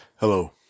Hello